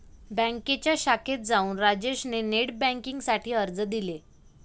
बँकेच्या शाखेत जाऊन राजेश ने नेट बेन्किंग साठी अर्ज दिले